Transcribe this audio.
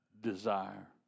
desire